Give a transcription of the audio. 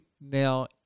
now